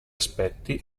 aspetti